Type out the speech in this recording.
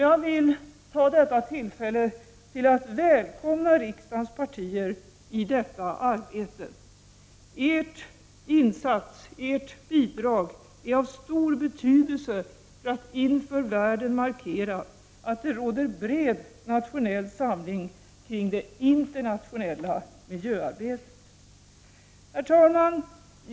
Jag vill ta detta tillfälle att välkomna rikdagens partier i detta arbete. Ert bidrag är av stor betydelse för att inför världen markera att det råder bred nationell samling kring det internationella miljöarbetet. Herr talman!